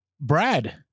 Brad